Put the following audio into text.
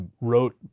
wrote